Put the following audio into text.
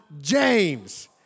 James